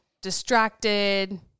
distracted